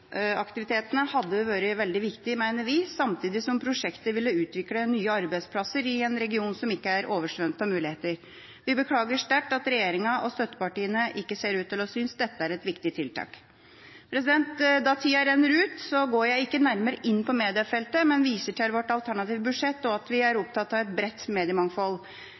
hadde vært svært viktig, samtidig som prosjektet ville utviklet nye arbeidsplasser i en region som ikke er oversvømt av muligheter. Vi beklager sterkt at regjeringa og støttepartiene ikke ser ut til å synes dette er et viktig tiltak. Siden tida renner ut, går jeg ikke nærmere inn på mediefeltet, men viser til vårt alternative budsjett og at vi er opptatt av et bredt mediemangfold.